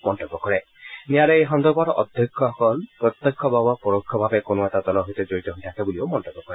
ন্যায়ালয়ে এই সন্দৰ্ভত অধ্যক্ষসকল প্ৰত্যক্ষ বা পৰোক্ষভাৱে কোনো এটা দলৰ সৈতে জড়িত হৈ থাকে বুলিও মন্তব্য কৰে